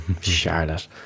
Charlotte